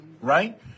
Right